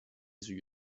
sugli